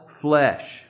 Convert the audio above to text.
flesh